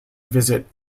visit